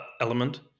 element